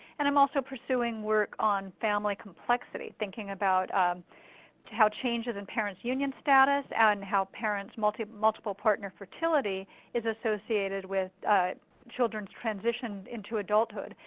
and im also pursuing work on family complexity, thinking about how changes in parents union status and how parents multiple multiple partner fertility is associated with childrens transition into adulthood.